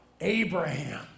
Abraham